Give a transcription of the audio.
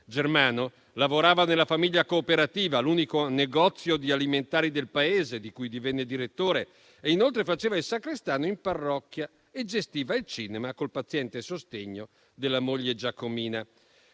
Germano lavorava nella famiglia cooperativa, l'unico negozio di alimentari del Paese, di cui divenne direttore, e inoltre faceva il sacrestano in parrocchia e gestiva il cinema con il paziente sostegno della moglie Giacomina.